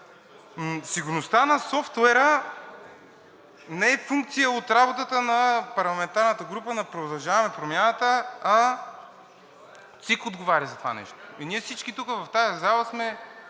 Сигурността на софтуера не е функция от работата на парламентарната група на „Продължаваме Промяната“, а ЦИК отговоря за това нещо. Ние всички тук в тази зала сме